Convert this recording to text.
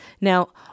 Now